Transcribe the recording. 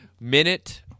Minute